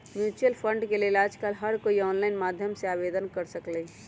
mutual fund के लेल आजकल हर कोई ऑनलाईन माध्यम से आवेदन कर सकलई ह